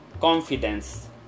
confidence